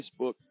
Facebook